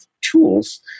tools